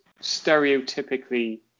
stereotypically